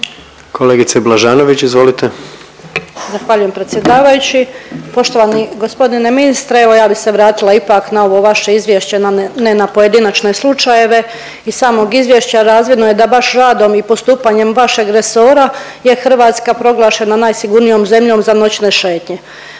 izvolite. **Blažanović, Danijela (HDZ)** Zahvaljujem predsjedavajući. Poštovani g. ministre, evo ja bi se vratila ipak na ovo vaše izvješće, ne na pojedinačne slučajeve. Iz samog izvješća razvidno je da baš radom i postupanjem vašeg resora je Hrvatska proglašena najsigurnijom zemljom za noćne šetnje.